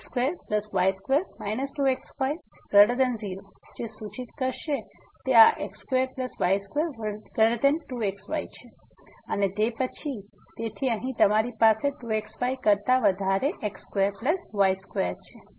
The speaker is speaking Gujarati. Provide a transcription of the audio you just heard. x2y2 2xy0 જે સૂચિત કરશે તે આ x2y22xy અને તે પછી તેથી અહીં તમારી પાસે 2xy કરતા વધારે x2y2 છે